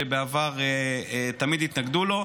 שבעבר תמיד התנגדו לו,